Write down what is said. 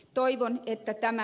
toivon että tämä